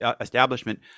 establishment